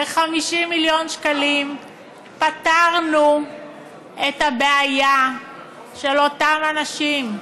ב-50 מיליון שקלים פתרנו את הבעיה של אותם אנשים.